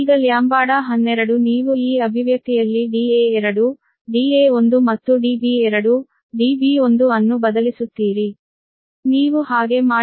ಈಗ λ12 ನೀವು ಈ ಅಭಿವ್ಯಕ್ತಿಯಲ್ಲಿ Da2 Da1 ಮತ್ತು Db2 Db1 ಅನ್ನು ಬದಲಿಸುತ್ತೀರಿ ನೀವು ಹಾಗೆ ಮಾಡಿದರೆ ಅದು 0